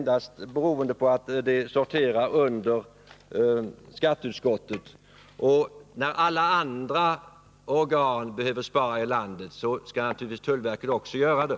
Det beror endast på att frågan hör hemma under skatteutskottet. När alla andra organ i landet behöver spara, så skall naturligtvis tullverket också göra det.